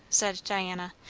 said diana,